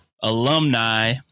alumni